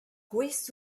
gouest